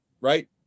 right